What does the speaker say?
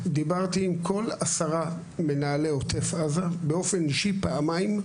דיברתי עם כל עשרת מנהלי עוטף עזה באופן אישי פעמיים,